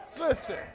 Listen